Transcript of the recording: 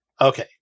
okay